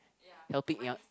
helping young